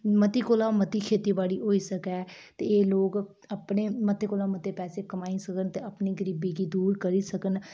मती कोला मती खेतीबाड़ी होई सकै ते एह् लोक अपने मते कोला मते पैसे कमाई सकन ते अपनी गरीबी गी दूर करी सकन